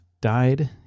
died